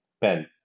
Ben